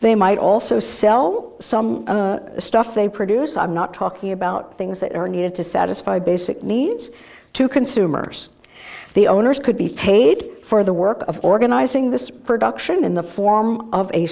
they might also sell some stuff they produce i'm not talking about things that are needed to satisfy basic needs to consumers the owners could be paid for the work of organizing this production in the form of a